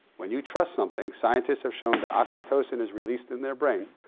when you trust something, scientists have shown that oxytocin is released in their brain.